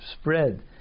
spread